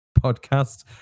podcast